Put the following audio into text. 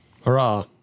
Hurrah